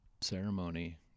ceremony